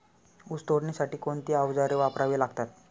ऊस तोडणीसाठी कोणती अवजारे वापरावी लागतात?